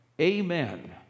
Amen